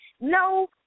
No